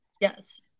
yes